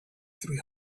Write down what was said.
three